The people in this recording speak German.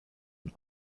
und